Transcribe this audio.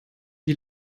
die